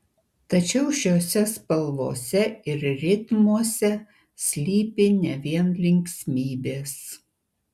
tačiau šiose spalvose ir ritmuose slypi ne vien linksmybės